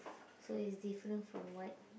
so it's different from what